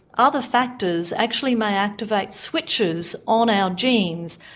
other factors actually may activate switches on our genes,